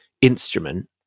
instrument